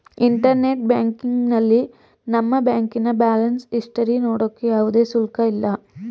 internet ಬ್ಯಾಂಕಿಂಗ್ನಲ್ಲಿ ನಮ್ಮ ಬ್ಯಾಂಕಿನ ಬ್ಯಾಲೆನ್ಸ್ ಇಸ್ಟರಿ ನೋಡೋಕೆ ಯಾವುದೇ ಶುಲ್ಕ ಇಲ್ಲ